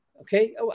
Okay